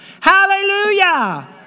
Hallelujah